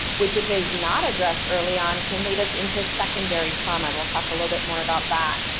which if is not addressed early on, can lead us into secondary trauma and we'll talk a little bit more about that.